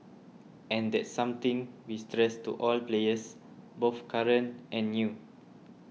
and that's something we stress to all players both current and new